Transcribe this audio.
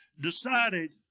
decided